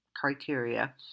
criteria